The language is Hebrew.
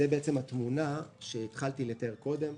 זו התמונה שהתחלתי לתאר קודם.